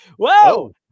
whoa